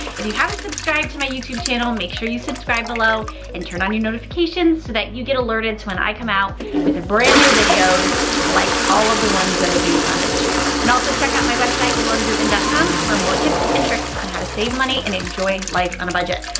if you haven't subscribed to my youtube channel, make sure you subscribe below and turn on your notifications so that you get alerted to when i come out with a brand new videos like all of the ones that i do on this channel. and also, check out my website laurengreutman dot com for more tips and tricks on how to save money and enjoy life on a budget.